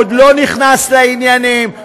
עוד לא נכנס לעניינים,